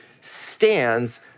stands